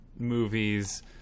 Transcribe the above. movies